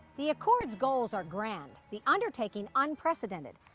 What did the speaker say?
the accord's goals are grand, the undertaking unprecedented.